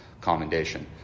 commendation